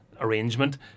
arrangement